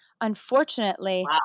Unfortunately